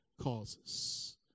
causes